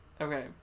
Okay